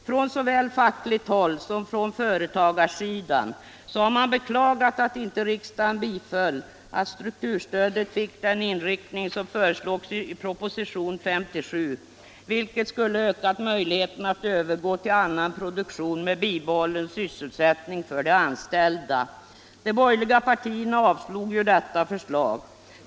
Från såväl fackligt håll som företagarhåll har man beklagat att riksdagen inte biföll den inriktning av strukturstödet som föreslogs i propositionen 57, vilket skulle ha ökat möjligheterna att övergå till annan produktion med bibehållen sysselsättning för de anställda. De borgerliga partierna avslog ju detta förslag.